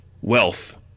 wealth